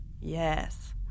yes